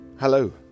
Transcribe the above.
Hello